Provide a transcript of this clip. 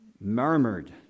murmured